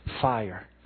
fire